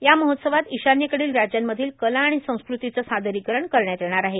या महोत्सवात ईशान्यकडील राज्यांमधील कला आणि संस्कृतिचं सादरीकरण करण्यात येणार आहे